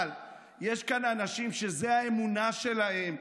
אבל יש כאן אנשים שזו האמונה שלהם,